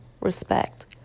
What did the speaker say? respect